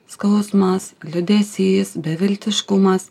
skausmas liūdesys beviltiškumas